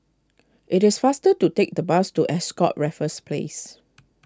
it is faster to take the bus to Ascott Raffles Place